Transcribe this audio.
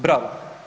Bravo.